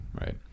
right